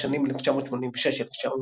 בשנים 1986 - 1991